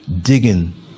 Digging